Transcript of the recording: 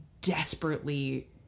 desperately